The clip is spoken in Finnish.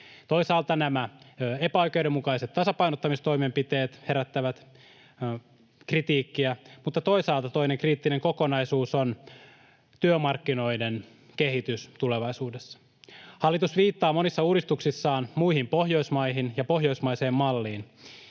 Toisaalta nämä epäoikeudenmukaiset tasapainottamistoimenpiteet herättävät kritiikkiä, mutta toisaalta toinen kriittinen kokonaisuus on työmarkkinoiden kehitys tulevaisuudessa. Hallitus viittaa monissa uudistuksissaan muihin Pohjoismaihin ja pohjoismaiseen malliin.